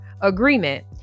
agreement